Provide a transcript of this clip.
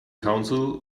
counsel